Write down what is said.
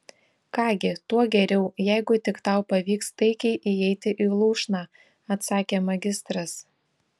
ką gi tuo geriau jeigu tik tau pavyks taikiai įeiti į lūšną atsakė magistras